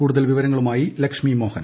കൂടുതൽ വിവരങ്ങളുമായി ലക്ഷ്മി മോഹൻ